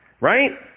right